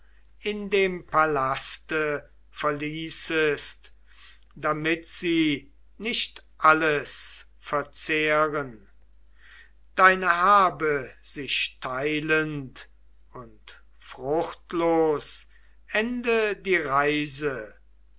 in dem palaste verließest damit sie nicht alles verzehren deine habe sich teilend und fruchtlos ende die reise